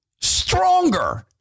stronger